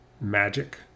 magic